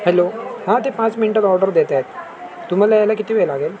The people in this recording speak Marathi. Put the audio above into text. हॅलो हां ते पाच मिनटात ऑर्डर देत आहेत तुम्हाला यायला किती वेळ लागेल